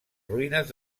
ruïnes